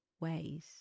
ways